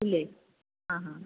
ഇല്ലേ ആ ആ